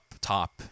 top